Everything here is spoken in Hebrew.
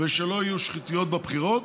ושלא יהיו שחיתויות בבחירות.